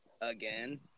again